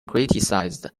criticized